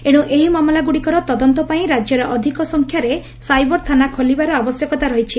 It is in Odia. ଏଶୁ ଏହି ମାମଲାଗୁଡ଼ିକର ତଦନ୍ତ ପାଇଁ ରାଜ୍ୟରେ ଅଧିକ ସଂଖ୍ୟାରେ ସାଇବର ଥାନା ଖୋଲିବାର ଆବଶ୍ୟକତା ରହିଛି